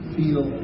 feel